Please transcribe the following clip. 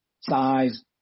size